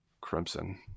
crimson